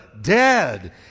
dead